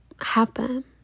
happen